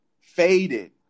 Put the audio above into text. faded